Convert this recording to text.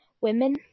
women